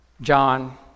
John